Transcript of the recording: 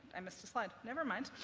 i missed a slide. never mind.